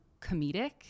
comedic